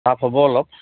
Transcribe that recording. তাফ হ'ব অলপ